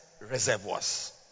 reservoirs